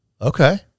Okay